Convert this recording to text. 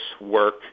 work